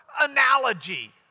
Analogy